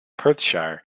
perthshire